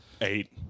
Eight